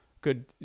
good